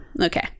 Okay